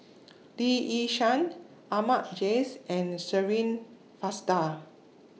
Lee Yi Shyan Ahmad Jais and Shirin Fozdar